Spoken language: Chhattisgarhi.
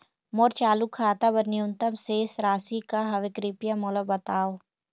मोर चालू खाता बर न्यूनतम शेष राशि का हवे, कृपया मोला बतावव